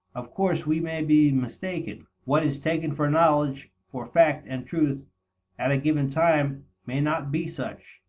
of course we may be mistaken. what is taken for knowledge for fact and truth at a given time may not be such.